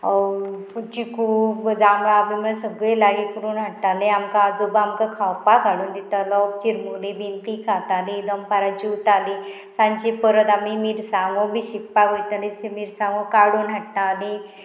चिकू जाभळां बी म्हळ्यार सगळीं लागीं करून हाडटालीं आमकां आजोबा आमकां खावपाक हाडून दितालो चिरमुली बीन तीं खातालीं दनपारां जेवतालीं सांची परत आमी मिरसांगो बी शिकपाक वयताली मिरसांगो काडून हाडटाली